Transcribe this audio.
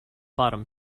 bottom